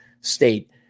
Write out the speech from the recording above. state